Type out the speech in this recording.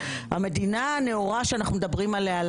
המדינה הנאורה שאנחנו מדברים עליה,